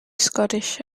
scottish